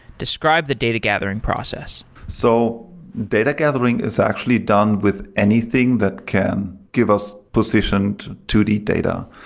describe the data gathering process. so data gathering is actually done with anything that can give us positioned two d data.